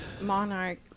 Monarch